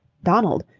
donald.